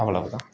அவ்வளோவுதான்